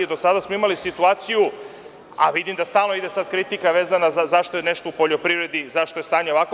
Do sada smo imali situaciju, a vidim da stalno ide sada kritika vezana za to zašto je nešto u poljoprivredi, zašto je stanje ovakvo.